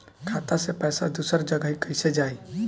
खाता से पैसा दूसर जगह कईसे जाई?